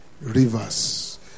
Rivers